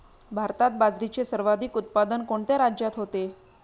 भारतात बाजरीचे सर्वाधिक उत्पादन कोणत्या राज्यात होते?